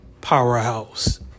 powerhouse